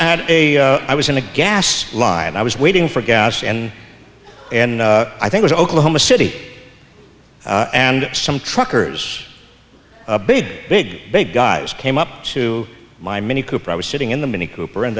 a i was in a gas line and i was waiting for gas and and i think was oklahoma city and some truckers a big big big guys came up to my mini cooper i was sitting in the mini cooper and